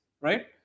right